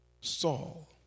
Saul